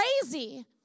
crazy